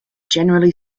generally